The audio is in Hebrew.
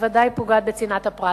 ודאי פוגעת בצנעת הפרט.